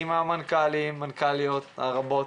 עם המנכ"לים והמנכ"ליות הרבות,